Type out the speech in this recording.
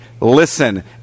listen